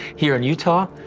here in utah.